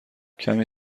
کمی